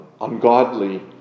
ungodly